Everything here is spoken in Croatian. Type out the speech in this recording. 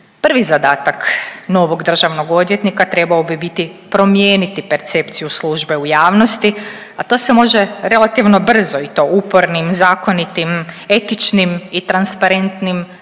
Prvi zadatak novog državnog odvjetnika trebao bi biti promijeniti percepciju službe u javnosti, a to se može relativno brzo i to upornim, zakonitim, etičnim i transparentnim radom